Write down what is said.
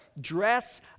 dress